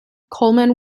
colman